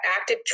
active